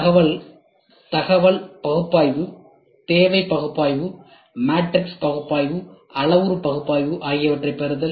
தகவல் தகவல் பகுப்பாய்வு தேவை பகுப்பாய்வு மேட்ரிக்ஸ் பகுப்பாய்வு அளவுரு பகுப்பாய்வு ஆகியவற்றைப் பெறுதல்